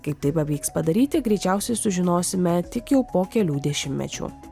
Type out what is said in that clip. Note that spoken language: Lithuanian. kaip tai pavyks padaryti greičiausiai sužinosime tik jau po kelių dešimtmečių